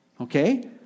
Okay